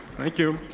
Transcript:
thank you.